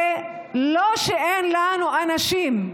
זה לא שאין לנו אנשים.